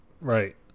Right